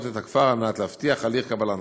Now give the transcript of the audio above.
את הכפר כדי להבטיח הליך קבלה נכון,